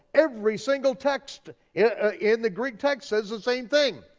every single text in the greek text says the same thing.